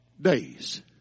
days